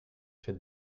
faite